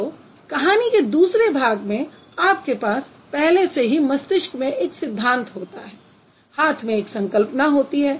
तो कहानी के दूसरे भाग में आपके पास पहले से ही मस्तिष्क में एक सिद्धान्त होता है हाथ में एक संकल्पना होती है